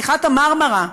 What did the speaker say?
נסיכת ה"מרמרה",